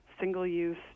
single-use